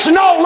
no